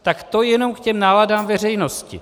Tak to jenom k těm náladám veřejnosti.